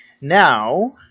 Now